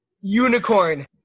Unicorn